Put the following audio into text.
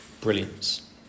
brilliance